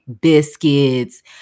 biscuits